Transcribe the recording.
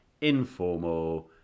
informal